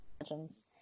Legends